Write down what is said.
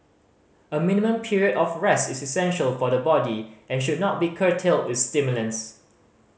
a minimum period of rest is essential for the body and should not be curtailed with stimulants